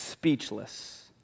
speechless